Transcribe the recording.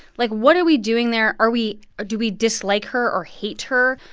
like, what are we doing there? are we do we dislike her or hate her?